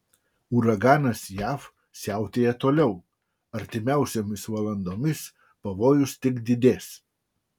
uraganas jav siautėja toliau artimiausiomis valandomis pavojus tik didės